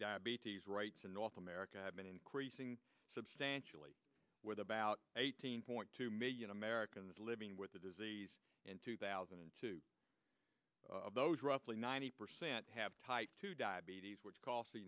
diabetes rights in north america have been increasing substantially with about eighteen point two million americans living with the disease in two thousand and two of those roughly ninety percent have type two diabetes which cost the